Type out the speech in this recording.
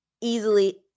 easily